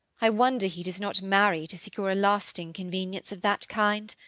i wonder he does not marry to secure a lasting convenience of that kind.